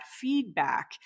feedback